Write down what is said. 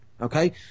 okay